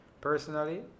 personally